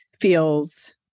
feels